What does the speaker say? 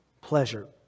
pleasure